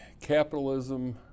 capitalism